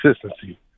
consistency